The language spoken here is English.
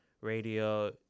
Radio